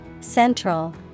Central